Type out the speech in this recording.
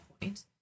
point